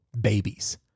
babies